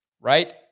right